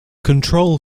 control